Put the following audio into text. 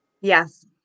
Yes